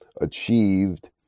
achieved